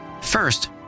First